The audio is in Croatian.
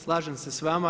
Slažem se s vama.